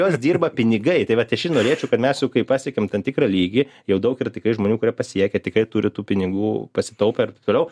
jos dirba pinigai tai vat aš ir norėčiau kad mes jau kai pasiekėm ten tikrą lygį jau daug yra tikrai žmonių kurie pasiekę tikrai turi tų pinigų pasitaupę ir taip toliau